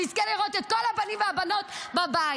נזכה לראות את כל הבנים והבנות בבית.